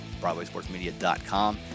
broadwaysportsmedia.com